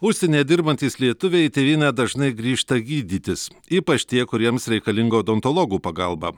užsienyje dirbantys lietuviai į tėvynę dažnai grįžta gydytis ypač tie kuriems reikalinga odontologų pagalba